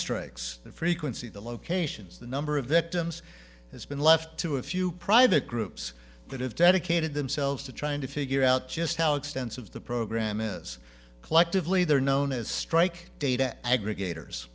strikes the frequency the locations the number of victims has been left to a few private groups that have dedicated themselves to trying to figure out just how extensive the program is collectively they're known as strike data aggregators